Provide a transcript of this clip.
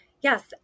Yes